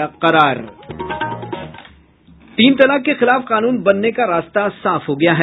तीन तलाक के खिलाफ कानून बनने का रास्ता साफ हो गया है